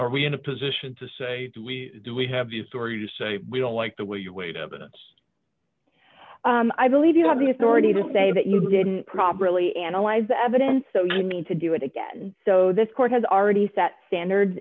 are we in a position to say we do we have the authority to say we don't like the way you wait evidence i believe you have the authority to say that you didn't properly analyze the evidence so you need to do it again so this court has already set standard